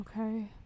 Okay